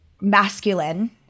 masculine